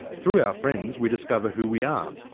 and through our friends we discover who we are.